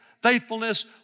faithfulness